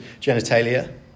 genitalia